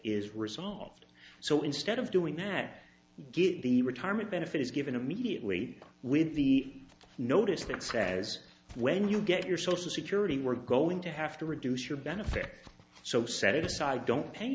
is resolved so instead of doing that you get the retirement benefit is given immediately with the notice that says when you get your social security we're going to have to reduce your benefits so set it aside don't pay